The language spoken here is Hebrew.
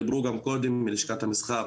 דיברו גם קודם מלשכת המסחר